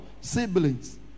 siblings